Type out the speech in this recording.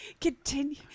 Continue